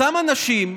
אותם אנשים,